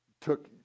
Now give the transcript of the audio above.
took